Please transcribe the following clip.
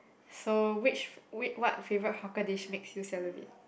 so which what favourite hawker dish makes you salivate